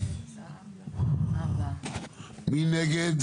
מי נגד?